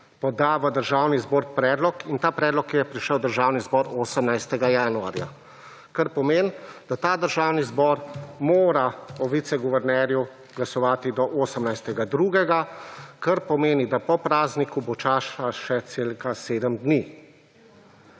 poda v Državni zbor predlog, in ta predlog je prišel v Državni zbor 18. januarja. Kar pomeni, da ta Državni zbor mora o viceguvernerju glasovati do 18. 2., kar pomeni, da po prazniku bo časa še cirka sedem dni.